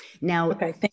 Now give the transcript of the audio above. Now